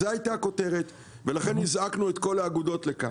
זו הייתה הכותרת ולכן הזעקנו את כל האגודות לכאן,